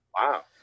wow